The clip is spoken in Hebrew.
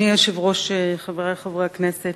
אדוני היושב-ראש, חברי חברי הכנסת,